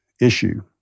issue